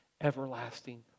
everlasting